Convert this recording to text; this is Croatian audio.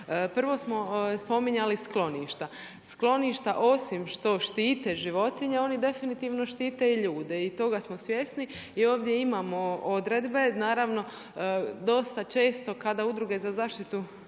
Prvo smo spominjali skloništa. Skloništa osim što štite životinje, oni definitivno štite i ljude i toga smo svjesni i ovdje imamo odredbe naravno dosta često kada udruge za zaštitu